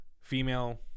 female